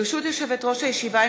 ברשות יושבת-ראש הישיבה,